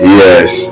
yes